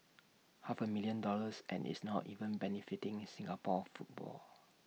half A million dollars and it's not even benefiting Singapore football